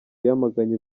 yamaganye